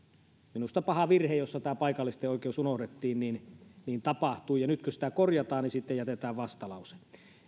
minusta paha virhe jossa tämä paikallisten oikeus unohdettiin tapahtui nyt kun sitä korjataan niin sitten jätetään vastalause